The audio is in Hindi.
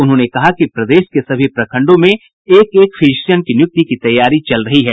उन्होंने कहा कि प्रदेश के सभी प्रखंडों में एक एक फिजिशियन की नियुक्ति की तैयारी भी चल रही है